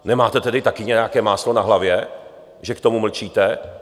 Nemáte tedy také nějaké máslo na hlavě, že k tomu mlčíte?